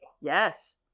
Yes